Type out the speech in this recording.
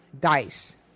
DICE